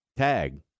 tag